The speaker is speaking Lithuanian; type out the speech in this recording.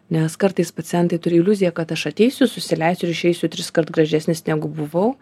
nes kartais pacientai turi iliuziją kad aš ateisiu susileisiu ir išeisiu triskart gražesnis negu buvau